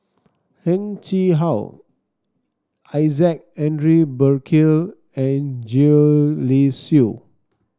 Heng Chee How Isaac Henry Burkill and Gwee Li Sui